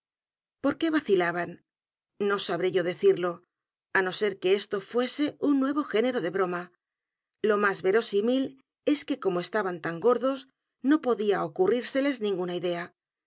r qué vacilaban no sabré yo decirlo á no ser que esto fuese un nuevo género de broma lo más verosímil es que como estaban tan gordos no podía ocurrírseles ninguna idea